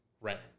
rent